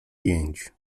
pięć